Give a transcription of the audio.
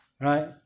Right